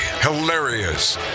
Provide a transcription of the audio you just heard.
hilarious